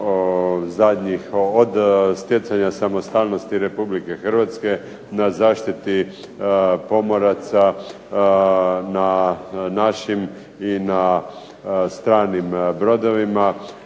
Od stjecanja samostalnosti RH na zaštiti pomoraca na našim i na stranim brodovima.